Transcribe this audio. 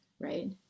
right